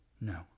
No